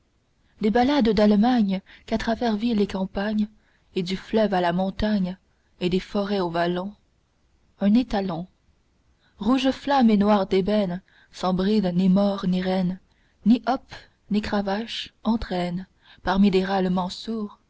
des ballades d'allemagne qu'à travers ville et campagne et du fleuve à la montagne et des forêts au vallon un étalon rouge-flamme et noir d'ébène sans bride ni mors ni rène ni hop ni cravache entraîne parmi des râlements sourds